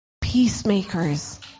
peacemakers